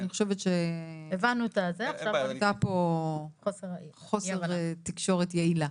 אני חושבת שהיה פה חוסר תקשורת יעילה,